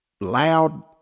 loud